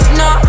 no